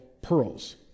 pearls